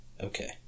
Okay